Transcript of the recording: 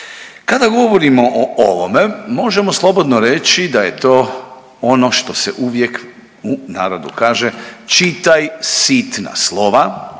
Kada govorimo o ovome možemo slobodno reći da je to ono što se uvijek u narodu kaže čitaj sitna slova,